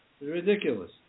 ridiculous